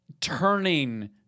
turning